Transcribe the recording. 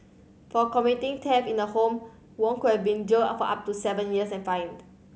for committing theft in a home Wong could have been jailed for up to seven years and fined